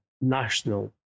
national